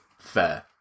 Fair